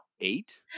eight